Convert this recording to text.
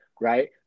right